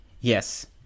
Yes